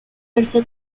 verse